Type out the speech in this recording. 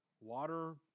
water